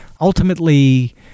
ultimately